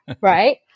right